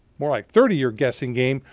more like thirty year guessing game,